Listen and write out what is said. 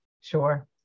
Sure